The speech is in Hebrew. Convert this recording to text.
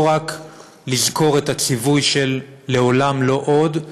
לא רק לזכור את הציווי "לעולם לא עוד",